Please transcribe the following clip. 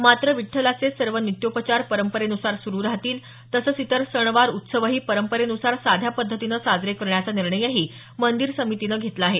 मात्र विठ्ठलाचे सर्व नित्योपचार परंपरेनुसार सुरू राहतील तसंच इतर सणवार उत्सवही परंपरेन्सार साध्या पद्धतीनं साजरे करण्याचा निर्णयही मंदिर समितीनं घेतला आहे